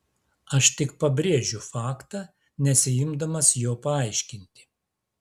aš tik pabrėžiu faktą nesiimdamas jo paaiškinti